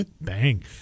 Bang